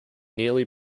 nearly